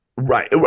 Right